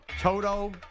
Toto